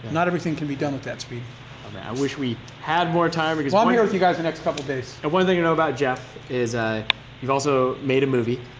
not everything can be done with that speed. um i wish we had more time, because well, i'm here with you guys the next couple of days. and one thing you know about jeff is ah you've also made a movie,